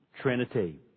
Trinity